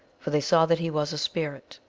for they saw that he was a spirit.